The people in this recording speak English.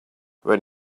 when